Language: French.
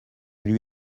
lui